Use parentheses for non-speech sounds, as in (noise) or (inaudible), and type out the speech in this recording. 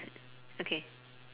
(laughs) okay